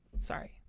Sorry